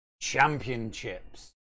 Championships